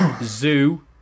zoo